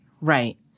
right